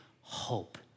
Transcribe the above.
hope